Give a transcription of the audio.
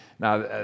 Now